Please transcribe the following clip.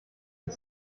das